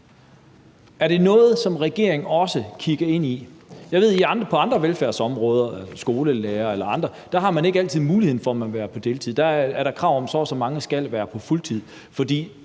Er det noget, som regeringen også kigger ind i? Jeg ved, at på andre velfærdsområder, skolelærere og andre, har man ikke altid muligheden for at være på deltid, for der er der krav om, at så og så mange skal være på fuld tid,